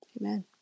Amen